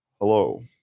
hello